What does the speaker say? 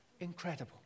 Incredible